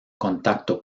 contacto